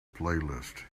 playlist